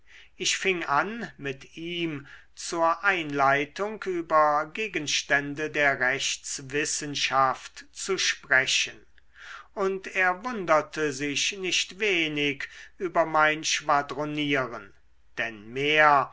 ich fing an mit ihm zur einleitung über gegenstände der rechtswissenschaft zu sprechen und er wunderte sich nicht wenig über mein schwadronieren denn mehr